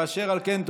אשר על כן,